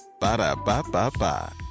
Ba-da-ba-ba-ba